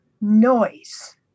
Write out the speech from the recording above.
noise